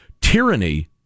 Tyranny